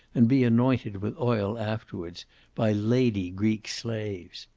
and be anointed with oil afterwards by lady greek slaves.